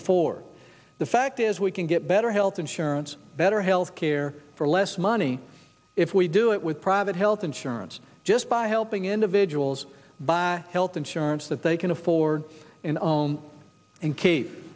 to for the fact is we can get better health insurance better health care for less money if we do it with private health insurance just by helping individuals buy health insurance that they can afford and